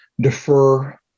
defer